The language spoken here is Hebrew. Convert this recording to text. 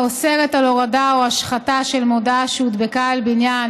האוסרת הורדה או השחתה של מודעה שהודבקה על בניין